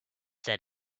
said